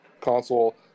console